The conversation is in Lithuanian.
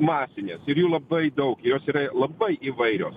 masinės ir jų labai daug jos yra e labai įvairios